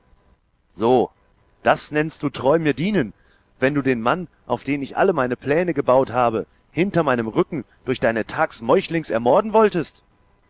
so das nennst du treu mir dienen wenn du den mann auf den ich alle meine pläne gebaut habe hinter meinem rücken durch deine thags meuchlings ermorden wolltest